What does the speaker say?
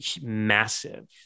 massive